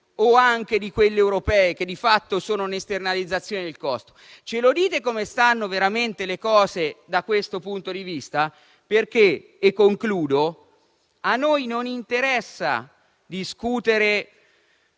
o anche di quelle europee, che di fatto sono una esternalizzazione del costo? Ce lo dite come stanno veramente le cose da questo punto di vista? A noi non interessa discutere